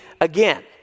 again